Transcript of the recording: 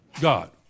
God